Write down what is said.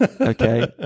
Okay